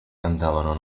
cantavano